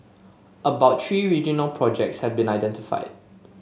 about three regional projects have been identified